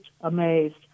amazed